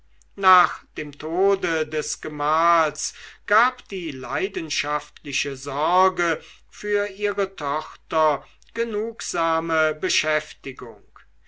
nach dem tode des gemahls gab die leidenschaftliche sorge für ihre tochter genugsame beschäftigung